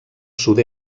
sud